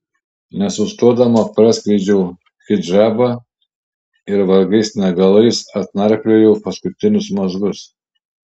nesustodama praskleidžiau hidžabą ir vargais negalais atnarpliojau paskutinius mazgus